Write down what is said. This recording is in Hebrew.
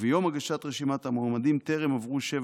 וביום הגשת רשימת המועמדים טרם עברו שבע